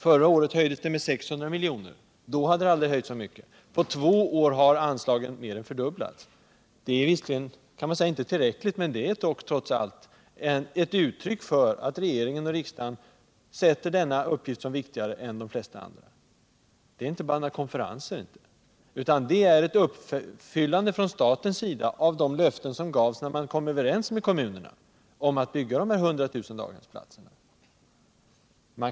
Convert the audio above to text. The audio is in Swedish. Förra året höjdes det med 600 milj.kr.; då hade det aldrig tidigare höjts så mycket. På två år har anslaget mer än fördubblats. Visserligen kan man säga att det inte är tillräckligt, men det är trots allt ett uttryck för att regering och riksdag ser denna uppgift som viktigare än de flesta andra. Här är det alltså inte bara konferenser, utan staten uppfyller de löften som gavs när man kom överens med kommunerna om att bygga de 100 000 daghemsplatserna.